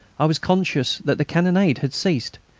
i was conscious that the cannonade had ceased,